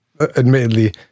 admittedly